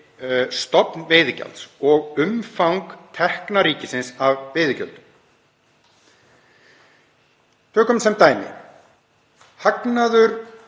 stofn veiðigjalds og umfang tekna ríkisins af veiðigjöldum. Tökum sem dæmi: Hagnaður